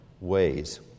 ways